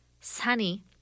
Sunny